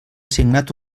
assignat